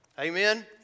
Amen